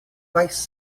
mais